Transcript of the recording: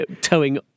Towing